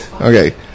Okay